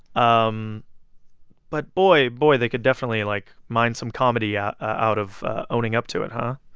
um but boy, boy, they could definitely, like, mine some comedy yeah out of owning up to it, huh?